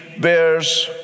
bears